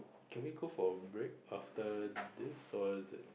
can we go for break after this or is it